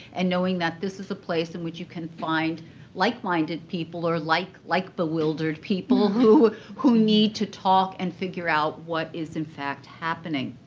and knowing that this is a place in which you can find like-minded people or like like-bewildered people who who need to talk and figure out what is, in fact, happening.